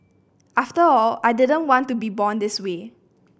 after all I didn't want to be born this way